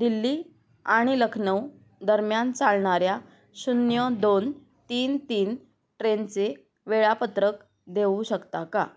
दिल्ली आणि लखनऊ दरम्यान चालणाऱ्या शून्य दोन तीन तीन ट्रेनचे वेळापत्रक देऊ शकता का